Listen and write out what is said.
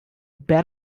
bet